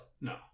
No